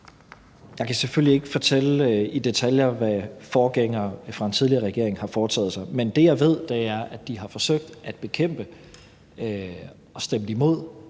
Jeg kan selvfølgelig ikke fortælle i detaljer, hvad forgængere fra en tidligere regering har foretaget sig, men det, jeg ved, er, at de har forsøgt at bekæmpe og stemt imod